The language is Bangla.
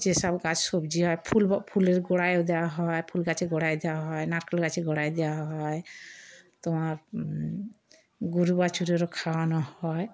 যেসব গাছ সবজি হয় ফুল ফুলের গোড়ায়ও দেওয়া হয় ফুল গাছের গোড়ায় দেওয়া হয় নারকেল গাছের গোড়ায় দেওয়া হয় তোমার গরু বাছুরেরও খাওয়ানো হয়